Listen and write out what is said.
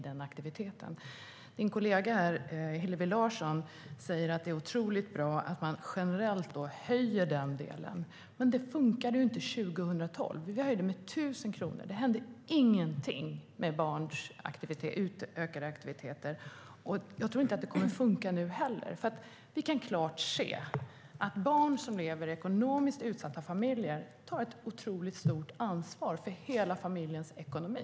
Statsrådets kollega Hillevi Larsson säger att det är otroligt bra att man generellt höjer denna del. Men det funkade inte då vi höjde försörjningsstödet med 1 000 kronor. Det hände ingenting när det gällde utökade aktiviteter för barn, och jag tror inte att det kommer att funka nu heller. Vi kan nämligen klart se att barn som lever i ekonomiskt utsatta familjer tar ett otroligt stort ansvar för hela familjens ekonomi.